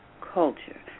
culture